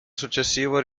successivo